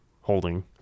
holding